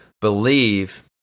believe